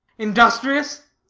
industrious?